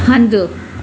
हंदु